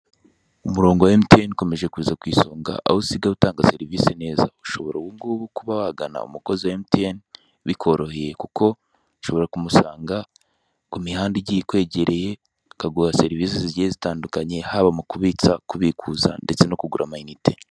Umurongo wa mtn ukomeje kuza ku isonga, aho usigaye utanga serivise neza, ushobora ubungubu kuba wagana umukozi wa mtn bikoroheye kuko ushobora kumusanga ku mihanda igiye ikwegereye, akaguha serivise zigiye zitandukanye haba mukubitsa, kubikuza ndetse no kugura amayinite.